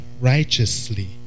righteously